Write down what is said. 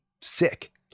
sick